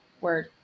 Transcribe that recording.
Word